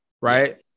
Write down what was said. Right